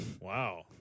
Wow